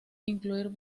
incluir